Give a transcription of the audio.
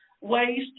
ways